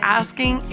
asking